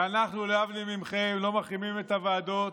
ואנחנו, להבדיל מכם, לא מחרימים את הוועדות,